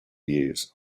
use